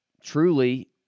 truly –